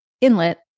inlet